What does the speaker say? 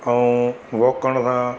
ऐं वॉक करण सां